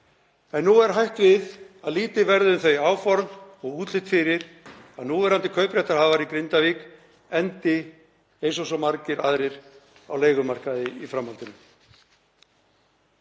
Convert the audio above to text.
Nú er hætt við að lítið verði um þau áform og útlit fyrir að núverandi kaupréttarhafar í Grindavík endi eins og svo margir aðrir á leigumarkaði í framhaldinu.